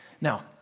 Now